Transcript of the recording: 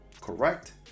correct